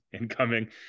incoming